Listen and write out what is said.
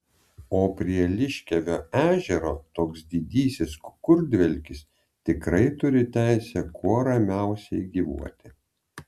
o prie liškiavio ežero toks didysis kukurdvelkis tikrai turi teisę kuo ramiausiai gyvuoti